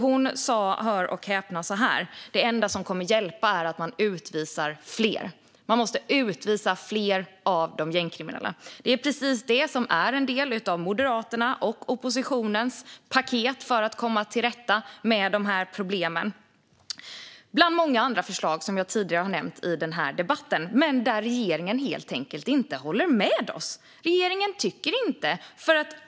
Hon sa, hör och häpna: Det enda som kommer att hjälpa är att utvisa fler. Man måste utvisa fler av de gängkriminella. Det är precis detta som är en del av Moderaternas och oppositionens paket för att komma till rätta med problemen, bland många andra förslag som jag tidigare har nämnt i debatten men där regeringen helt enkelt inte håller med oss. Regeringen tycker inte så.